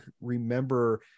remember